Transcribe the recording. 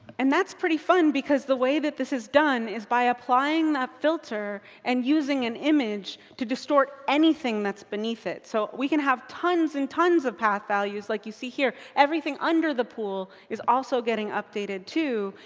and that's pretty fun, because the way that this is done is by applying that filter and using an image to distort anything that's beneath it. so we can have tons and tons of path values, like you see here. everything under the pool is also getting updated too.